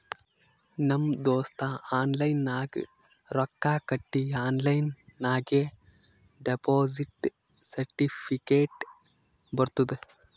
ನಮ್ ದೋಸ್ತ ಆನ್ಲೈನ್ ನಾಗ್ ರೊಕ್ಕಾ ಕಟ್ಟಿ ಆನ್ಲೈನ್ ನಾಗೆ ಡೆಪೋಸಿಟ್ ಸರ್ಟಿಫಿಕೇಟ್ ಬರ್ತುದ್